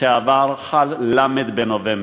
שעבר חל ל' בנובמבר,